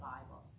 Bible